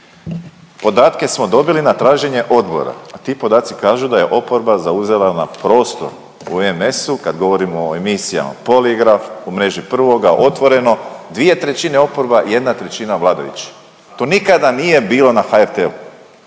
Podatke smo dobili na traženje odbora, a ti podaci kažu da je oporba zauzela nam prostor u MS-u, kad govorimo o emisijama Poligraf, U mreži Prvoga, Otvoreno, dvije trećine oporba, jedna trećina vladajući. To nikada nije bilo na HRT-u.